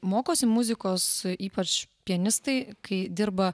mokosi muzikos ypač pianistai kai dirba